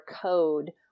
code